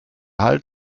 hals